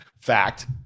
Fact